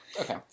Okay